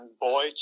boy